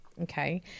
Okay